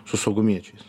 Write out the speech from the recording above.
su saugumiečiais